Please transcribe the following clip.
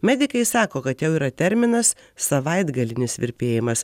medikai sako kad jau yra terminas savaitgalinis virpėjimas